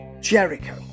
Jericho